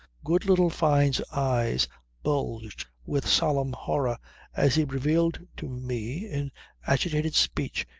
good little fyne's eyes bulged with solemn horror as he revealed to me, in agitated speech,